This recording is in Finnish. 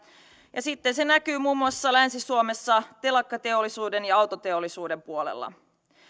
ja sitten se näkyy muun muassa länsi suomessa telakkateollisuuden ja autoteollisuuden puolella